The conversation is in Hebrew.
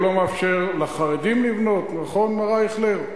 הוא לא מאפשר לחרדים לבנות, נכון, מר אייכלר?